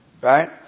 Right